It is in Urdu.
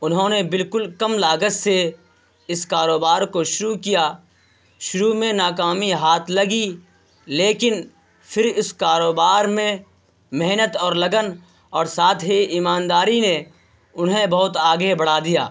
انہوں نے بالکل کم لاگت سے اس کاروبار کو شروع کیا شروع میں ناکامی ہاتھ لگی لیکن پھر اس کاروبار میں محنت اور لگن اور ساتھ ہی ایمانداری نے انہیں بہت آگے بڑھا دیا